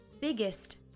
biggest